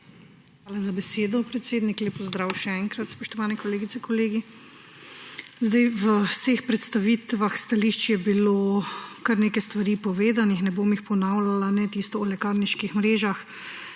Hvala za besedo, predsednik. Lep pozdrav še enkrat, spoštovani kolegice, kolegi! Zdaj v vseh predstavitvah stališč je bilo kar nekaj stvari povedanih, ne bom jih ponavljala, ne tisto o lekarniških mrežah